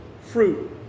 fruit